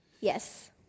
Yes